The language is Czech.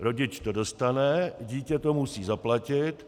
Rodič to dostane, dítě to musí zaplatit.